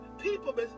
People